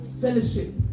Fellowship